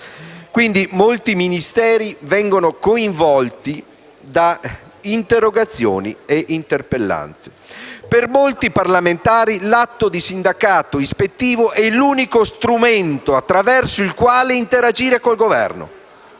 comunque molti Ministeri vengono coinvolti da interrogazioni e interpellanze. «Per molti parlamentari l'atto di sindacato ispettivo è l'unico strumento attraverso il quale interagire con il Governo